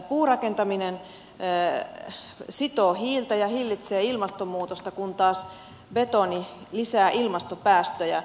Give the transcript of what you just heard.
puurakentaminen sitoo hiiltä ja hillitsee ilmastonmuutosta kun taas betoni lisää ilmastopäästöjä